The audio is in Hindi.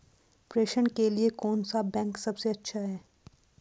प्रेषण के लिए कौन सा बैंक सबसे अच्छा है?